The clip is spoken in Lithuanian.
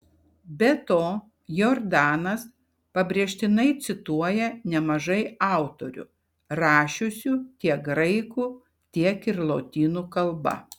be to jordanas pabrėžtinai cituoja nemažai autorių rašiusių tiek graikų tiek ir lotynų kalba